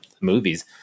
movies